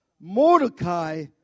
Mordecai